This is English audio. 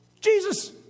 Jesus